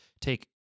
take